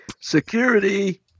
security